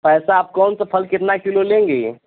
ऐसा आप कौन सा फल कितना किलो लेंगे